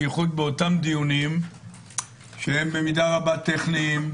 בייחוד באותם דיונים שהם במידה רבה טכניים,